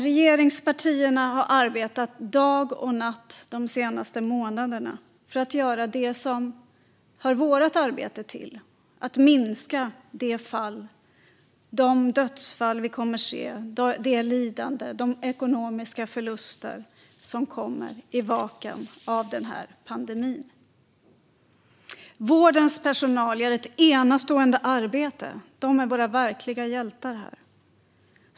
Regeringspartierna har arbetat dag och natt de senaste månaderna för att göra det som hör vårt arbete till och minska det antal dödsfall vi kommer att se och det lidande och de ekonomiska förluster som denna pandemi resulterar i. Vårdens personal gör ett enastående arbete - de är våra verkliga hjältar här.